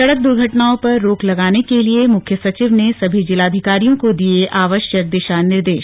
सड़क दुर्घटनाओं में कमी लाने के लिए मुख्य सचिव ने सभी जिलाधिकारियों को दिए आवश्यक दिशा निर्देश